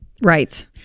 Right